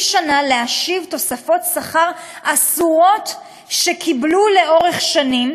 שנה להשיב תוספות שכר אסורות שקיבלו לאורך שנים,